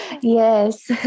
Yes